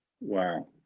Wow